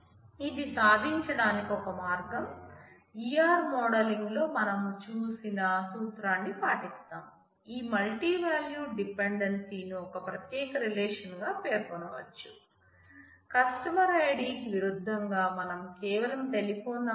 ఇది సాధించడానికి ఒక మార్గం ER మోడలింగ్ లో మనం చూసిన సూత్రాన్ని పాటిస్తాం ఈ మల్టివాల్యూడ్ డిపెండెన్సీ ను కూడా చదువు కుందాం